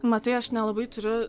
matai aš nelabai turiu